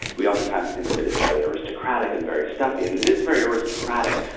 we oftentimes think of it as very aristocratic and very stuffy, and it is very aristocratic,